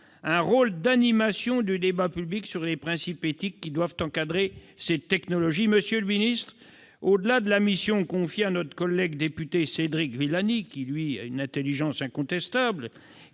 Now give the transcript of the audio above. un rôle d'animation du débat public sur les principes éthiques qui doivent encadrer ces technologies. Monsieur le secrétaire d'État, au-delà de la mission confiée à notre collègue député Cédric Villani, dont l'intelligence est incontestable,